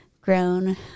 grown